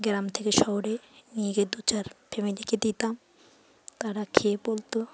গ্রাম থেকে শহরে নিয়ে গিয়ে দু চার ফ্যামিলিকে দিতাম তারা খেয়ে বলতো